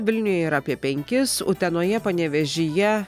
vilniuje yra apie penkis utenoje panevėžyje